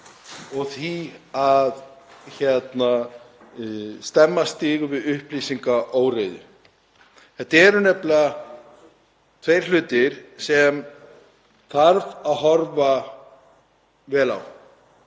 og því að stemma stigu við upplýsingaóreiðu. Þetta eru nefnilega tveir hlutir sem þarf að horfa vel á.